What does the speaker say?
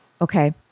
Okay